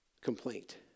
complaint